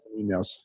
emails